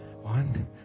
one